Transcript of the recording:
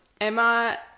Emma